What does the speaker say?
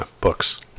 Books